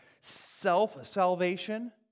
self-salvation